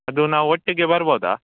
ಅದು ನಾ ಒಟ್ಟಿಗೆ ಬರ್ಬೋದ